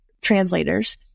translators